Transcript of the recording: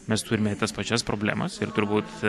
mes turime ir tas pačias problemas ir turbūt